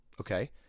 Okay